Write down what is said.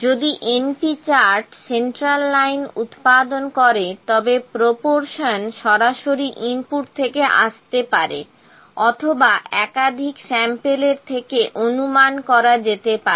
যদি np chart central line উৎপাদন করে তবে প্রপরশন সরাসরি ইনপুট থেকে আসতে পারে অথবা একাধিক স্যাম্পেলের থেকে অনুমান করা যেতে পারে